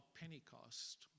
pentecost